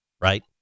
right